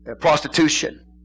Prostitution